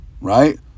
right